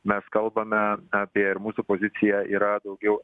mes kalbame apie ar mūsų pozicija yra daugiau